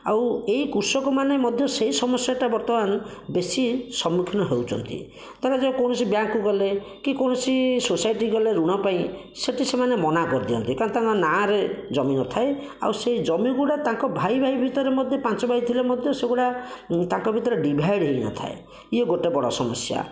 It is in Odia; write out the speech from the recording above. ଆଉ ଏଇ କୃଷକମାନେ ମଧ୍ୟ ସେହି ସମସ୍ୟାଟା ବର୍ତ୍ତମାନ ବେଶି ସମ୍ମୁଖୀନ ହେଉଛନ୍ତି ତେଣୁ ଯେ କୌଣସି ବ୍ୟାଙ୍କକୁ ଗଲେ କି କୌଣସି ସୋସାଇଟି ଗଲେ ଋଣ ପାଇଁ ସେଇଠି ସେମାନେ ମନା କରିଦିଅନ୍ତି କାରଣ ତାଙ୍କ ନାରେ ଜମି ନ ଥାଏ ଆଉ ସେ ଜମି ଗୁଡ଼ାକ ତାଙ୍କ ଭାଇ ଭାଇ ଭିତରେ ମଧ୍ୟ ପାଞ୍ଚ ଭାଇ ଥିଲେ ମଧ୍ୟ ସେଗୁଡ଼ାକ ତାଙ୍କ ଭିତରେ ଡ଼ିଭାଇଡ୍ ହୋଇନଥାଏ ଇଏ ଗୋଟିଏ ବଡ଼ ସମସ୍ୟା